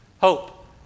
Hope